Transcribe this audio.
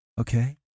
Okay